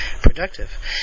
productive